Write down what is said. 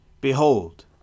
Behold